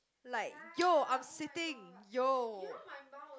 like yo I'm seating yo